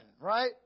right